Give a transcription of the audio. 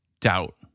doubt